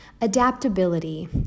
adaptability